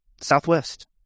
Southwest